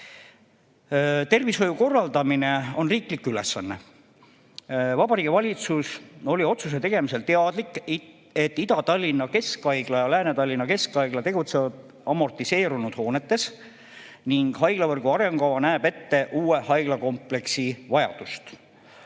Tervishoiu korraldamine on riiklik ülesanne. Vabariigi Valitsus oli otsuse tegemisel teadlik, et Ida-Tallinna Keskhaigla ja Lääne-Tallinna Keskhaigla tegutsevad amortiseerunud hoonetes ning haiglavõrgu arengukava näeb ette uue haiglakompleksi vajadust.